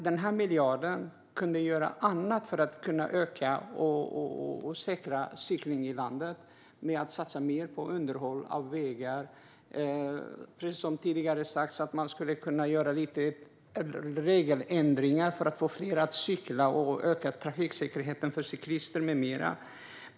Den här miljarden skulle kunna användas till annat för att öka och säkra cyklingen i landet, till exempel till att satsa mer på underhåll av vägar. Som tidigare har sagts skulle man också kunna göra regeländringar för att få fler att cykla och för att öka trafiksäkerheten för cyklister med mera.